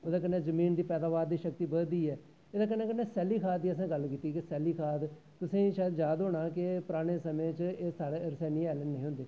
ओह्दे कन्नै जमीन दी पैदाबार दी शक्ती बधदी ऐ ओह्दे कन्नै कन्नै असैं सैल्ली खाद दी गल्ल कीती सैल्ली खाद तुसेंगी जाद होना ऐ कि पराने समें च एह् परानें रसैनिक हैल नी होंदे हे अस